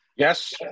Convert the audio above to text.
Yes